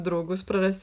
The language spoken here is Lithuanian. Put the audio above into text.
draugus praras